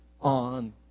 ...on